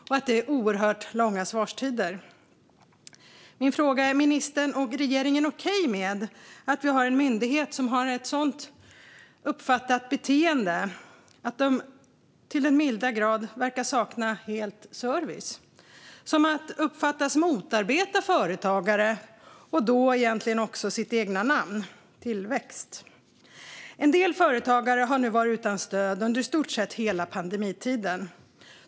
Det är också oerhört långa svarstider. Är ministern och regeringen okej med att vi har en myndighet vars beteende uppfattas vittna om att service helt saknas och som uppfattas motarbeta företagare och därmed också sitt eget namn, Tillväxtverket? En del företagare har nu varit utan stöd under i stort sett hela pandemitiden.